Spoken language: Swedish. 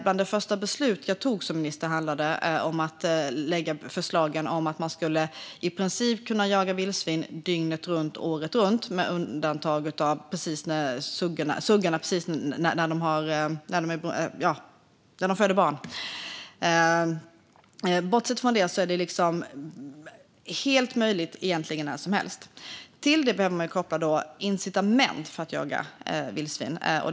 Bland de första beslut jag fattade som minister var att lägga fram förslagen om att man i princip skulle kunna jaga vildsvin dygnet runt, året runt med undantag av den period då suggorna får ungar. Bortsett från det är det egentligen helt möjligt när som helst. Till det behöver man koppla incitament att jaga vildsvin.